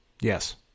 Yes